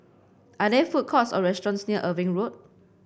are there food courts or restaurants near Irving Road